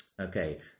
Okay